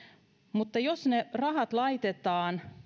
mutta jos ne rahat laitetaan